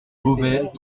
beauvais